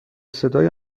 صدای